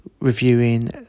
reviewing